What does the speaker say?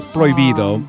Prohibido